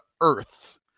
earth